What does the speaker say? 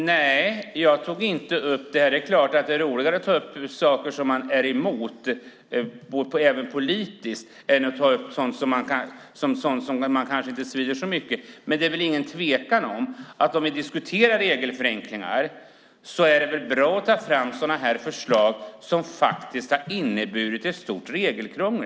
Herr talman! Det är klart att det är roligare att ta upp saker som man är emot politiskt än att ta upp sådant som kanske inte svider så mycket. Om vi diskuterar regelförenklingar är det väl bra att ta fram förslag som faktiskt har inneburit ett stort regelkrångel.